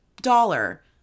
dollar